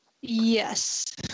Yes